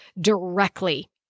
directly